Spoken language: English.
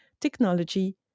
technology